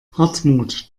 hartmut